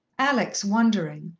alex, wondering,